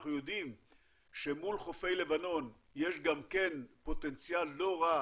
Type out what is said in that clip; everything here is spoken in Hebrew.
אנחנו יודעים שמול חופי לבנון יש גם כן פוטנציאל לא רע,